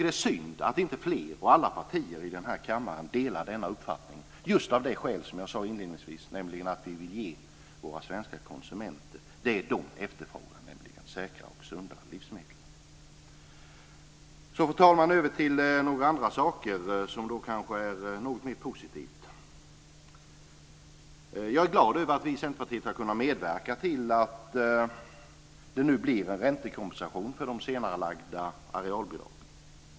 Det är synd att inte fler partier i kammaren delar denna uppfattning, just för att vi vill ge våra svenska konsumenter vad de efterfrågar, nämligen säkra och sunda livsmedel. Fru talman! Så över till några andra saker som kanske är något mer positivt. Jag är glad över att vi i Centerpartiet har kunnat medverka till att det nu blir en räntekompensation för de senarelagda arealbidragen.